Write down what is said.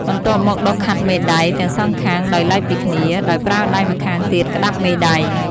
បន្ទាប់មកដុសខាត់មេដៃ ទាំងសងខាងដោយឡែកពីគ្នា ដោយប្រើដៃម្ខាងទៀតក្ដាប់មេដៃ។